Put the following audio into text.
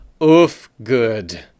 Oofgood